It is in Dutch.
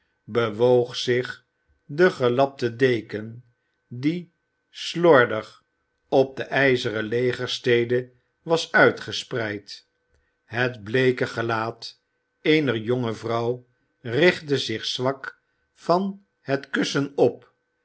bewoog zich de gelapte deken die slordig op de ijzeren legerstede was uitgespreid het bleeke gelaat eener jonge vrouw richtte zich zwak van het kussen op